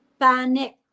panic